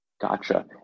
Gotcha